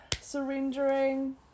surrendering